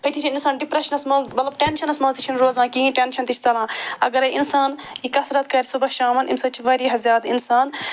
أتی چھِ انسان ڈِپرٮ۪شنَس منٛز مطلب ٹٮ۪نشنَس منٛز تہِ چھِنہٕ روزان کِہیٖنۍ ٹٮ۪نشَن تہِ چھِ ژلان اگرَے اِنسان یہِ کثرت کَرِ صُبحس شامَن اَمہِ سۭتۍ چھِ واریاہ زیادٕ اِنسان